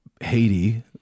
Haiti